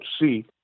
see